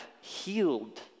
healed